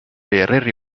erri